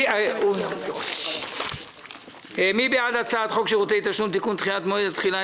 ו --- מי בעד הצעת חוק שירותי תשלום (תיקון) (דחיית מועד התחילה),